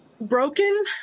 broken